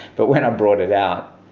but when i brought it out,